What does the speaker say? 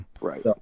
right